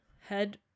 head